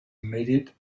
immediate